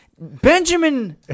Benjamin